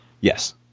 Yes